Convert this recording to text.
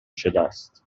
شدهست